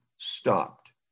stopped